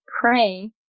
pray